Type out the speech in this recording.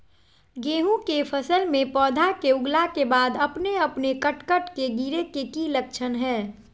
गेहूं के फसल में पौधा के उगला के बाद अपने अपने कट कट के गिरे के की लक्षण हय?